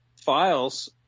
files